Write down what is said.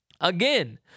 Again